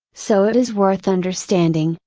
so it is worth understanding,